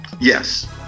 Yes